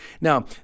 Now